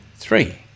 Three